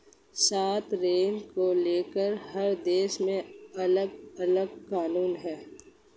छात्र ऋण को लेकर हर देश में अलगअलग कानून है